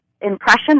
impression